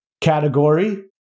category